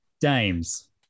Dames